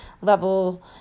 level